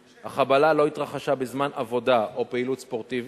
3. החבלה לא התרחשה בזמן עבודה או פעילות ספורטיבית,